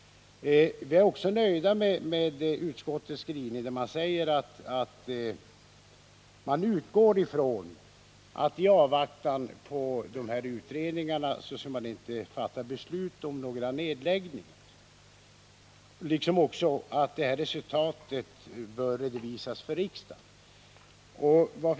Vi är också nöjda med utskottets skrivning att utskottet utgår från att man i avvaktan på utredningsresultaten inte skall fatta beslut om några nedläggningar, liksom också att resultaten bör redovisas för riksdagen.